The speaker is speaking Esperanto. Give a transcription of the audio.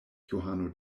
johano